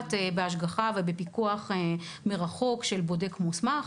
שמבוצעת בהשגחה ובפיקוח מרחוק של בודק מוסמך,